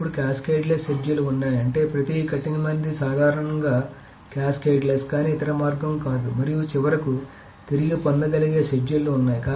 అప్పుడు క్యాస్కేడ్లెస్ షెడ్యూల్లు ఉన్నాయి అంటే ప్రతి కఠినమైనది సాధారణంగా క్యాస్కేడ్లెస్ కానీ ఇతర మార్గం కాదు మరియు చివరకు తిరిగి పొందగలిగే షెడ్యూల్లు ఉన్నాయి